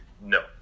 No